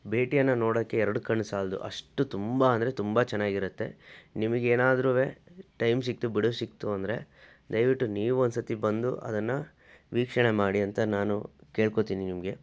ಭೇಟಿಯನ್ನು ನೋಡೋಕ್ಕೆ ಎರಡು ಕಣ್ಣು ಸಾಲದು ಅಷ್ಟು ತುಂಬ ಅಂದರೆ ತುಂಬ ಚೆನ್ನಾಗಿರತ್ತೆ ನಿಮಗೆ ಏನಾದ್ರು ಟೈಮ್ ಸಿಗ್ತು ಬಿಡುವು ಸಿಗ್ತು ಅಂದರೆ ದಯವಿಟ್ಟು ನೀವೂ ಒಂದ್ಸತಿ ಬಂದು ಅದನ್ನ ವೀಕ್ಷಣೆ ಮಾಡಿ ಅಂತ ನಾನು ಕೇಳ್ಕೊತೀನಿ ನಿಮಗೆ